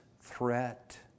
threat